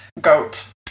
Goat